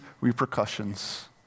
repercussions